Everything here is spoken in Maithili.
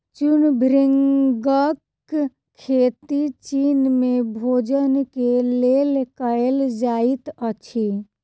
चूर्ण भृंगक खेती चीन में भोजन के लेल कयल जाइत अछि